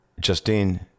Justine